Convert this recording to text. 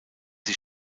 sie